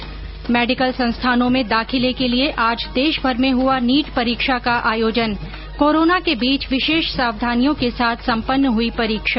् मेडिकल संस्थानों में दाखिले के लिये आज देशभर में हुआ नीट परीक्षा का आयोजन कोरोना के बीच विशेष सावधानियों के साथ संपन्न हुई परीक्षा